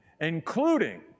including